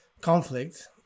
conflict